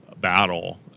battle